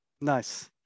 nice